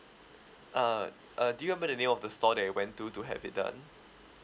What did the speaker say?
uh uh do you remember the name of the store that you went to to have it done